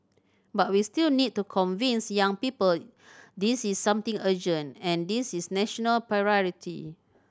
but we still need to convince young people this is something urgent and this is national priority